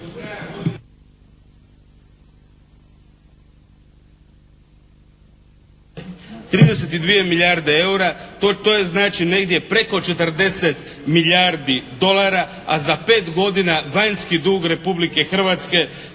32 milijarde eura. To je znači negdje preko 40 milijardi dolara, a za pet godina vanjski dug Republike Hrvatske